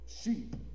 sheep